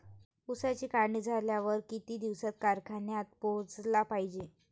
ऊसाची काढणी झाल्यावर किती दिवसात कारखान्यात पोहोचला पायजे?